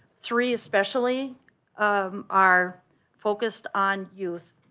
three especially um are focused on youth.